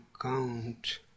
count